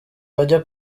bajya